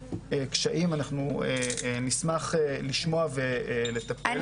קשיים בנושא הזה אנחנו נשמח לשמוע עליהם ולטפל בהם.